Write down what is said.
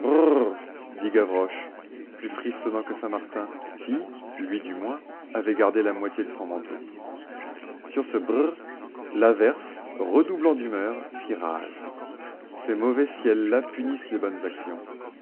plus frissonnant que saint martin qui lui du moins avait gardé la moitié de son manteau sur ce brrr l'averse redoublant d'humeur fit rage ces mauvais ciels là punissent les bonnes actions